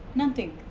nothing.